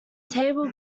table